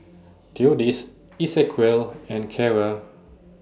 Theodis Esequiel and Carra